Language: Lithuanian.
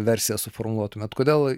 versiją suformuluotumėt kodėl